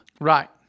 Right